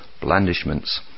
blandishments